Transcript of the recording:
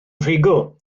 rhugl